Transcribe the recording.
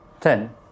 Ten